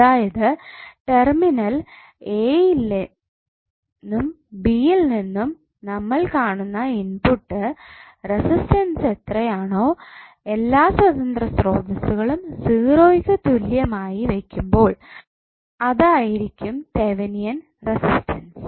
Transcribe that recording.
അതായത് terminal A യില്നിന്നും B യില്നിന്നും നമ്മൾ കാണുന്ന ഇൻപുട്ട് റെസിസ്റ്റൻസ് എത്രയാണോ എല്ലാ സ്വതന്ത്ര സ്രോതസ്സുകളും സീറോയ്ക്ക് തുല്യമായി വെക്കുമ്പോൾ അതായിരിക്കും തെവെനിൻ റെസിസ്റ്റൻസ്